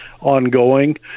ongoing